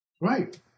Right